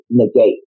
negate